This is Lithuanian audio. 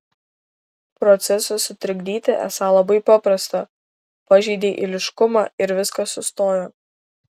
procesą sutrikdyti esą labai paprasta pažeidei eiliškumą ir viskas sustojo